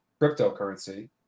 cryptocurrency